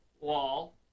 wall